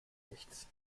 nichts